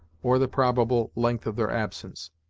or the probable length of their absence.